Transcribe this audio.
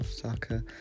soccer